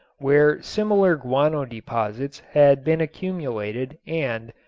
where similar guano deposits had been accumulated and,